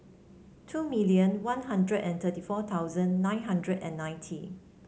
two million One Hundred and thirty four thousand nine hundred and ninety